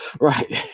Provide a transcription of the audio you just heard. right